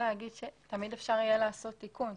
תמיד אפשר יהיה לעשות תיקון.